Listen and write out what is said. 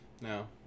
No